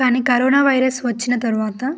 కానీ corona virus వచ్చిన తర్వాత